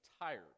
tired